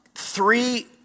Three